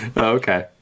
okay